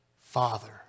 father